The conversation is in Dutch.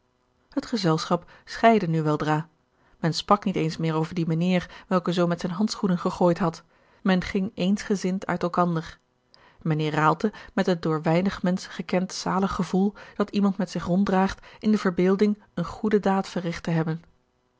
het gezelschap scheidde nu weldra men sprak niet eens meer over dien mijnheer welke zoo met zijne handschoenen gegooid had men ging eensgezind uit elkander mijnheer raalte met het door weinig menschen gekend zalig gevoel dat iemand met zich ronddraagt in de verbeelding eene goede daad verrigt te hebben